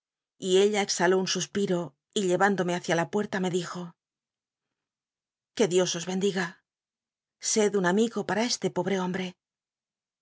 ella exhaló un suspiro y llewíndome hácia la puerta me dijo que dios os bendiga sed un amigo para este pobre hombre